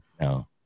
No